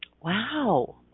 Wow